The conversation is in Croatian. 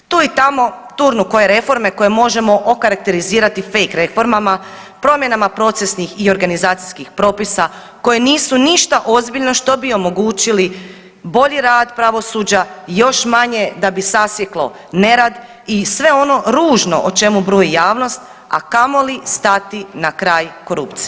Tu i tamo turnu koje reforme koje možemo okarakterizirati fake reformama, promjenama procesnih i organizacijskih propisa koje nisu ništa ozbiljno što bi omogućili bolji rad pravosuđa još manje da bi sasjeklo nerad i sve ono ružno o čemu bruji javnost a kamoli stati na kraj korupciji.